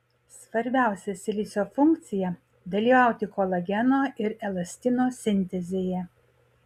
svarbiausia silicio funkcija dalyvauti kolageno ir elastino sintezėje